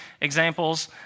examples